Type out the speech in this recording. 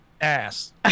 ass